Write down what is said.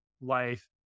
life